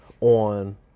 on